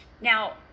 Now